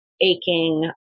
aching